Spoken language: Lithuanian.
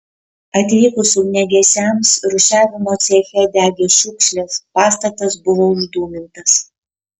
atvykus ugniagesiams rūšiavimo ceche degė šiukšlės pastatas buvo uždūmintas